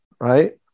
right